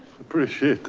appreciate that.